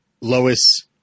Lois